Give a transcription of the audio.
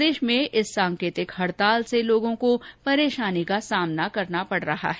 प्रदेश में सांकेतिक हड़ताल से लोगों को परेशानी का सामना करना पड़ा है